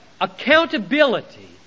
accountability